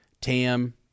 tam